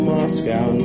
Moscow